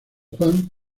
juan